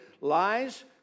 lies